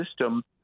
system